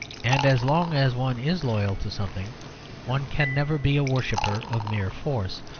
and as long as one is loyal to something one can never be a worshipper of mere force.